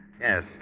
Yes